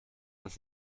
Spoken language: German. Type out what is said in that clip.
uns